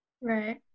right